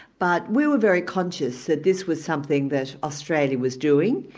but we were very conscious that this was something that australia was doing,